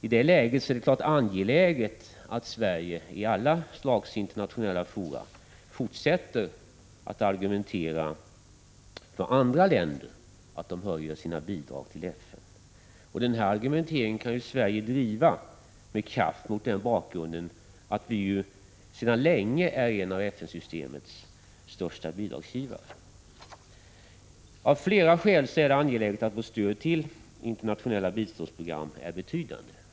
Därför är det självfallet angeläget att Sverige i alla slags internationella fora fortsätter att argumentera för att 79 andra länder skall höja sina bidrag till FN. Den här argumenteringen kan vi från vårt land driva kraftfullt mot bakgrund av att Sverige sedan länge är en av FN-systemets största bidragsgivare. Av flera skäl är det angeläget att vårt stöd till internationella biståndsprogram är betydande.